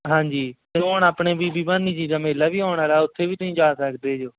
ਹਾਂਜੀ ਅਤੇ ਹੁਣ ਆਪਣੇ ਬੀਬੀ ਭਾਨੀ ਜੀ ਦਾ ਮੇਲਾ ਵੀ ਆਉਣ ਵਾਲਾ ਉੱਥੇ ਵੀ ਤੁਸੀਂ ਜਾ ਸਕਦੇ ਜੇ